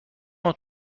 ماه